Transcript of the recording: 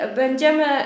będziemy